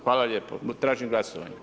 Hvala lijepo, tražim glasovanje.